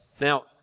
Now